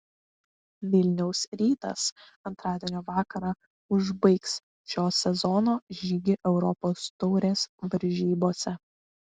vilniaus rytas antradienio vakarą užbaigs šio sezono žygį europos taurės varžybose